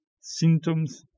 symptoms